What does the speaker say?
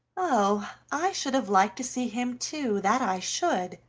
oh! i should have liked to see him too, that i should,